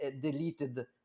deleted